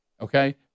Okay